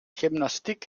gymnastiek